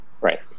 Right